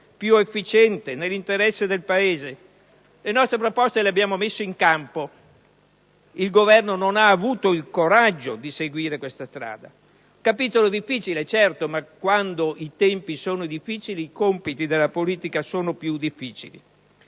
più efficiente, nell'interesse del Paese. Le nostre proposte le abbiamo messe in campo; il Governo non ha avuto il coraggio di seguire questa strada. È un capitolo difficile, certo, ma quando i tempi sono difficili i compiti della politica sono più difficili.